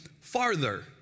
farther